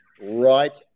right